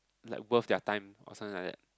like worth their time or something like that